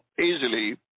easily